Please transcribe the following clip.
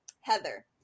Heather